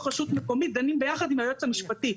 רשות מקומית דנים ביחד עם היועץ המשפטי.